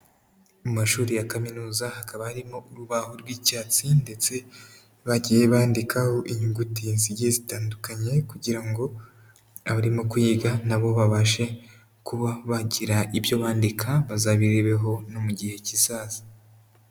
Mu mashuri ya kaminuza hakaba harimo urubaho rw'icyatsi ndetse bagiye bandikaho inyuguti zigiye zitandukanye kugira ngo abarimo kwiga na bo babashe kuba bagira ibyo bandika, bazabirebeho no mu gihe kizaza.